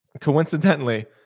Coincidentally